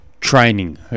training